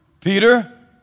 Peter